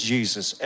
Jesus